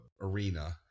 arena